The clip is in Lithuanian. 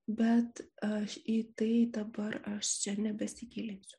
bet aš į tai dabar aš čia nebesigilinsiu